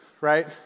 right